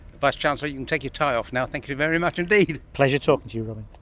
vice-chancellor, you can take your tie off now. thank you very much indeed. pleasure talking to you, robyn.